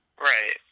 Right